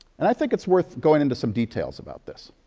and i think it's worth going into some details about this.